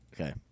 Okay